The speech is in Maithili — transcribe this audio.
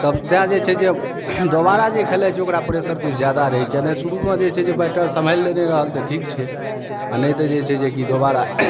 सब तै जे छै दोबारा जे खेलाइ छै ओकरा प्रेसर किछु जादा रहै छै नहि शुरूमे जे छै बैटर संभैल लेने रहल तऽ ठीक छै आ नहि तऽ जे छै जे की दोबारा